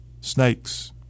snakes